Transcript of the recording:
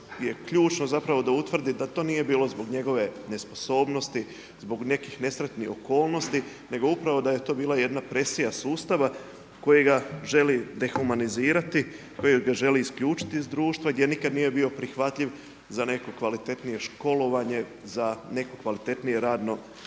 je ključno zapravo da utvrdi da to nije bilo zbog njegove nesposobnosti, zbog nekih nesretnih okolnosti, nego upravo da je to bila jedna presija sustava kojega želi dehumanizirati, kojega želi isključiti iz društva gdje nikada nije bio prihvatljiv za neko kvalitetnije školovanje, za neko kvalitetnije radno mjesto.